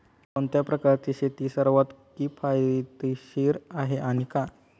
कोणत्या प्रकारची शेती सर्वात किफायतशीर आहे आणि का?